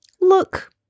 Look